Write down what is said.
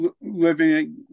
living